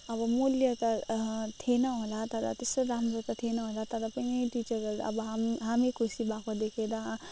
अब मूल्य त थिएन होला तर त्यस्तो राम्रो त थिएन होला तर पनि टिचरहरू अब हाम् हामी खुसी भएको देखेर